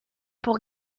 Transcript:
pour